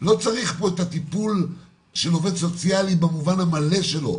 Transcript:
שלא צריך פה את הטיפול של עובד סוציאלי במובן המלא שלו.